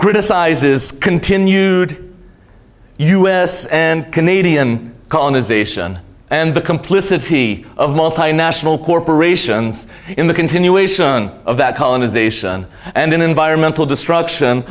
criticizes continued u s and canadian colonization and the complicity of multinational corporations in the continuation of that colonization and then environmental destruction